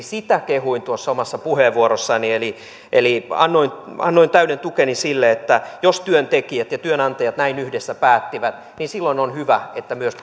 sitä kehuin tuossa omassa puheenvuorossani eli eli annoin annoin täyden tukeni sille että jos työntekijät ja työnantajat näin yhdessä päättivät niin silloin on hyvä että myös